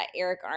Eric